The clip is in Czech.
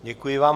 Děkuji vám.